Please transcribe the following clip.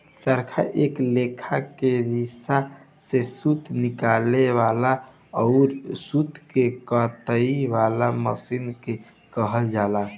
चरखा एक लेखा के रेसा से सूत निकाले वाला अउर सूत के काते वाला मशीन के कहल जाला